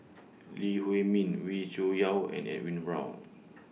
Lee Huei Min Wee Cho Yaw and Edwin Brown